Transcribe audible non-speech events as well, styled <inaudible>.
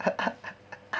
<laughs>